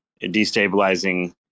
destabilizing